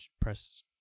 press